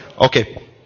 okay